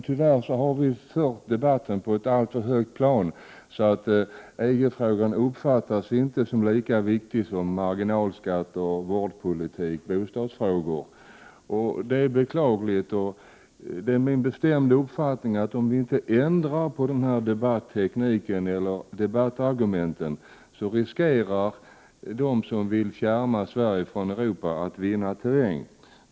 Tyvärr har vi fört debatten på ett alltför högt plan, varför EG-frågan inte känns lika viktig som marginalskatter, vårdpolitik och bostadsfrågor. Det är beklagligt, och det är min bestämda uppfattning att om vi inte ändrar debattekniken och argumenten i debatten riskerar vi att de som vill fjärma Sverige från Europa vinner terräng.